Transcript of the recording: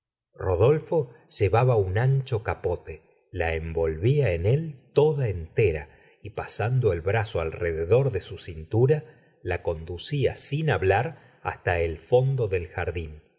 rodolfo llevaba un ancho capote la envolvía en él toda entera y pasando el brazo alrededor de su cintura la conducía sin hablar hasta el fondo del jardín